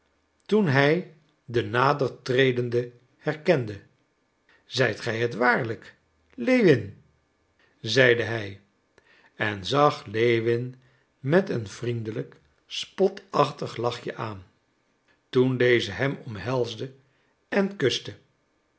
toen hij den nadertredende herkende zijt gij het waarlijk lewin zeide hij en zag lewin met een vriendelijk spotachtig lachje aan toen deze hem omhelsde en kuste